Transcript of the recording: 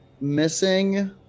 missing